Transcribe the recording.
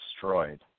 destroyed